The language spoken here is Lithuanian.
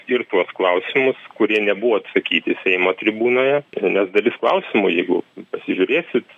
ir tuos klausimus kurie nebuvo atsakyti seimo tribūnoje nes dalis klausimų jeigu pasižiūrėsit